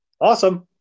Awesome